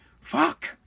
fuck